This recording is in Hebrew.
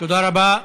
תודה רבה.